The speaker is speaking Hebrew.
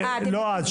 לא "עד",